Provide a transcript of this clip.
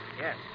Yes